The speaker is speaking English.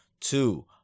Two